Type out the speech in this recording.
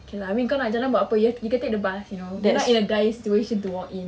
okay lah I mean kau nak jalan buat apa ye you can take the bus you know you're not in the dire situation to walk